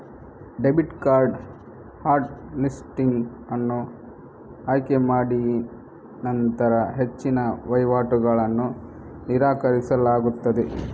debit card hot listing ಅನ್ನು ಆಯ್ಕೆ ಮಾಡಿನಂತರ ಹೆಚ್ಚಿನ ವಹಿವಾಟುಗಳನ್ನು ನಿರಾಕರಿಸಲಾಗುತ್ತದೆ